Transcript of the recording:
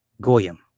Goyim